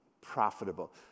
profitable